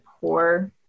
poor